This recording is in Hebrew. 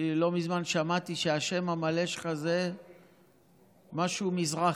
אני לא מזמן שמעתי שהשם המלא שלך זה משהו "מזרחי".